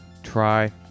try